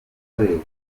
bugezweho